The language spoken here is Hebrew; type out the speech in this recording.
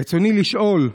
רצוני לשאול: